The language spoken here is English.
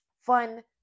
fun